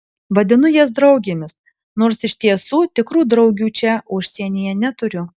vadinu jas draugėmis nors iš tiesų tikrų draugių čia užsienyje neturiu